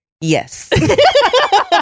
Yes